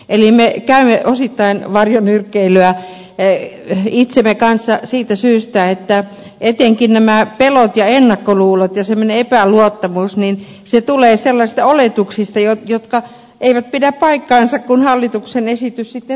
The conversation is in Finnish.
eli me käymme osittain varjonyrkkeilyä itsemme kanssa siitä syystä että etenkin nämä pelot ja ennakkoluulot ja semmoinen epäluottamus tulevat sellaisista oletuksista jotka eivät pidä paikkaansa kun hallituksen esitys sitten saadaan